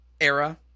era